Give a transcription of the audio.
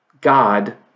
God